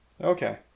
okay